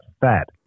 fat